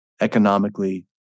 economically